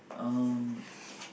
um